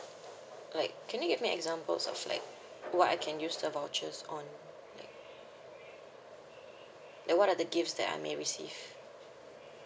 like can you give me examples of like what I can use the vouchers on like like what are the gifts that I may receive